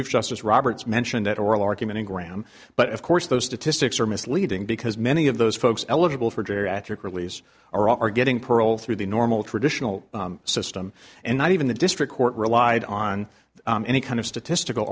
chief justice roberts mentioned at oral argument in graham but of course those statistics are misleading because many of those folks eligible for geriatric release or are getting parole through the normal traditional system and not even the district court relied on any kind of statistical